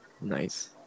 nice